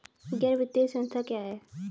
गैर वित्तीय संस्था क्या है?